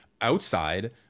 outside